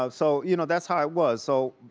um so you know that's how it was, so